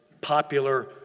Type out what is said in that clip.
Popular